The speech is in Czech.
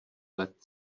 let